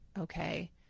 okay